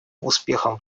успеха